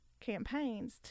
campaigns